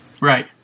Right